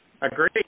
Agreed